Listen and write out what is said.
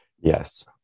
Yes